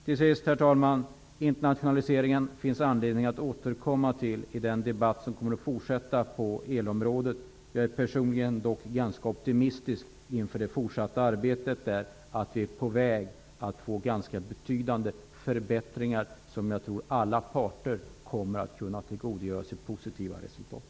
Till sist vill jag säga att det finns anledning att återkomma till internationaliseringen i den debatt som kommer att fortsätta på elområdet. Jag är dock personligen ganska optimistisk inför det fortsatta arbetet. Vi är på väg mot ganska betydande förbättringar. Jag tror att alla parter kommer att kunna tillgodogöra sig positiva resultat.